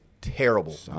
terrible